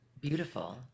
beautiful